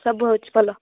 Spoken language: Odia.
ସବୁ ହେଉଛି ଭଲ